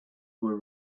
were